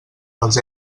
els